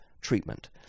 treatment